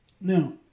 Now